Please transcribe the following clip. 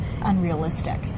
unrealistic